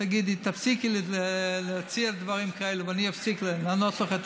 תפסיקי להציע דברים כאלו ואני אפסיק לענות לך את